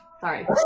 Sorry